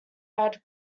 had